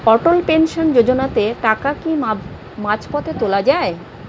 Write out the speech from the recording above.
অটল pension যোজনাতে টাকা কি মাঝপথে তোলা যায়?